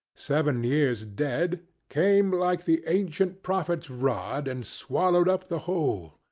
seven years dead, came like the ancient prophet's rod, and swallowed up the whole.